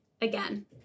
again